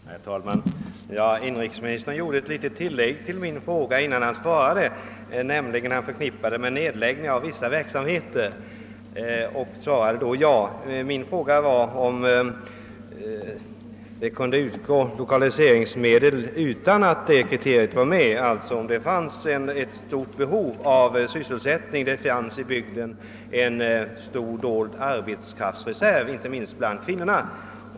Herr talman! Inrikesministern gjorde ett litet tillägg till min fråga genom att förknippa den med nedläggningar inom vissa verksamheter, innan han lämnade sitt ja. Min fråga gällde, om det kunde utgå lokaliseringsmedel oberoende av detta kriterium, såvida det förelåg ett betydande behov av sysselsättning i bygden, innefattande en stor dold arbetskraftsreserv inte minst bland kvinnorna.